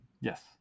Yes